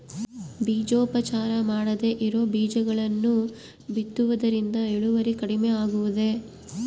ಬೇಜೋಪಚಾರ ಮಾಡದೇ ಇರೋ ಬೇಜಗಳನ್ನು ಬಿತ್ತುವುದರಿಂದ ಇಳುವರಿ ಕಡಿಮೆ ಆಗುವುದೇ?